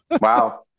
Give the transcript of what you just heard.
Wow